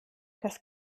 das